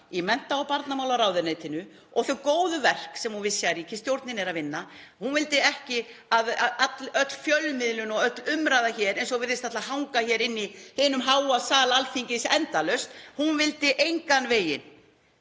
í mennta- og barnamálaráðuneytinu og þau góðu verk sem hún vissi að ríkisstjórnin er að vinna, hún vildi ekki að öll fjölmiðlun og öll umræða hér, eins og virðist ætla að hanga hér inni í hinum háa sal Alþingis endalaust, hún vildi engan veginn